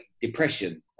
Depression